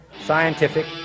scientific